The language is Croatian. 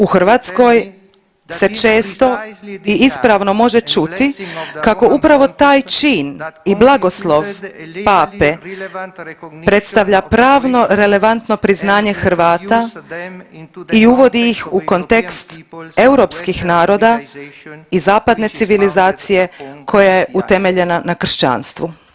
U Hrvatskoj se često i ispravno može čuti kako upravo taj čin i blagoslov pape predstavlja pravno relevantno priznanje Hrvata i uvodi ih u kontekst europskih naroda i zapadne civilizacije koja je utemeljena na kršćanstvu.